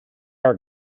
are